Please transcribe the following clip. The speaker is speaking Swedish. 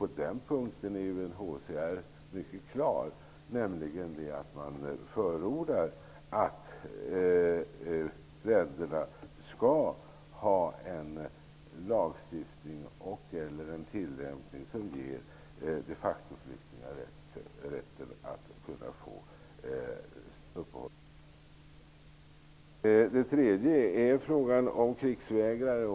På den punkten är UNHCR mycket klar; man förordar att länderna skall ha en lagstiftning och/eller en tillämpning som ger de facto-flyktingar rätt att få uppehållstillstånd i ett land. Det är för det tredje fråga om krigsvägrare.